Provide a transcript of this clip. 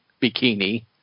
bikini